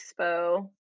expo